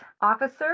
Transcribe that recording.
Officer